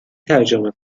ترجمه